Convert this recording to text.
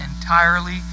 entirely